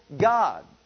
God